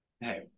Hey